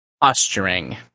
Posturing